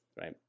right